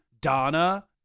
Donna